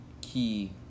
key